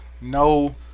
No